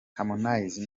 harmonize